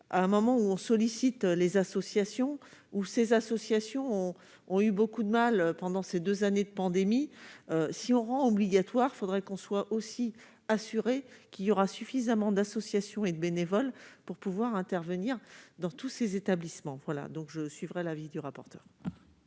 à un moment où on sollicite les associations ou ces associations ont ont eu beaucoup de mal pendant ces 2 années de pandémie si on rend obligatoire, il faudrait qu'on soit aussi assuré qu'il y aura suffisamment d'associations et de bénévoles pour pouvoir intervenir dans tous ces établissements voilà donc je suivrai l'avis du rapporteur.